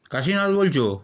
কাশীনাথ বলছ